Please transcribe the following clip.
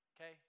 okay